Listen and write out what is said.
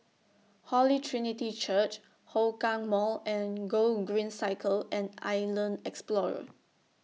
Holy Trinity Church Hougang Mall and Gogreen Cycle and Island Explorer